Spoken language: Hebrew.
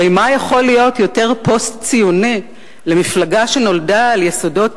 הרי מה יכול להיות יותר פוסט-ציוני למפלגה שנולדה על יסודות